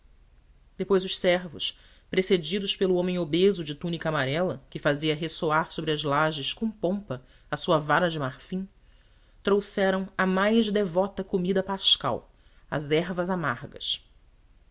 depois os servos precedidos pelo homem obeso de túnica amarela que fazia ressoar sobre as lajes com pompa a sua vara de marfim trouxeram a mais devota comida pascal as ervas amargas